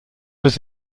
was